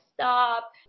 stop